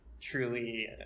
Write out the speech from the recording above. truly